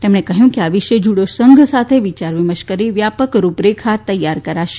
તેમણે કહ્યું કે આ વિશે જડો સંઘ સાથે વિચાર વિમર્શ કરી વ્યાપક રૂપરેખા તૈયાર કરાશે